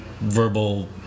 verbal